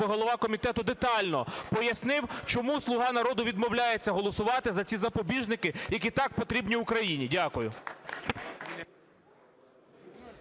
щоб голова комітету детально пояснив, чому "Слуга народу" відмовляється голосувати за ці запобіжники, які так потрібні Україні. Дякую.